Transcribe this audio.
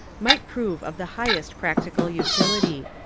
might prove of the highest practical utility.